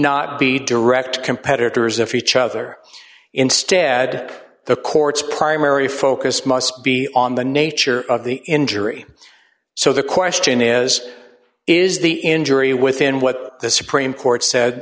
not be direct competitors if each other instead the court's primary focus must be on the nature of the injury so the question is is the injury within what the supreme court said